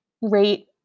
rate